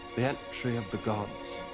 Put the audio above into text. the entry of the gods.